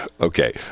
Okay